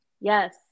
Yes